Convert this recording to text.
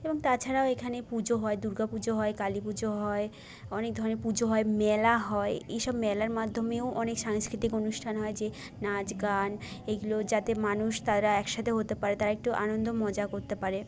এবং তাছাড়াও এখানে পুজো হয় দুর্গা পুজো হয় কালী পুজো হয় অনেক ধরণের পুজো হয় মেলা হয় এই সব মেলার মাধ্যমেও অনেক সাংস্কৃতিক অনুষ্ঠান হয় যে নাচ গান এগুলোও যাতে মানুষ তারা এক সাথে হতে পারে তারা একটু আনন্দ মজা করতে পারে